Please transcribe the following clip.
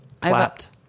Clapped